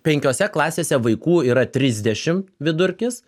penkiose klasėse vaikų yra trisdešim vidurkis